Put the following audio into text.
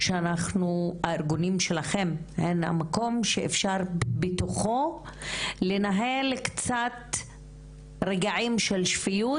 הארגונים שלכם הם המקום שאפשר בתוכו לנהל קצת רגעים של שפיות,